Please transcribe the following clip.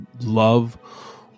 love